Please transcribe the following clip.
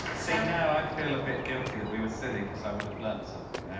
see now i feel a bit guilty that we were silly because i would have learnt something there.